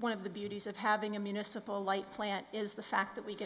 one of the beauties of having a municipal light plant is the fact that we